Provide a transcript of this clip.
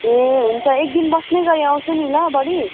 ए हुन्छ एकदिन बस्ने गरी आउँछु नि ल बडी